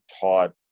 taught